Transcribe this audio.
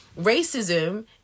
Racism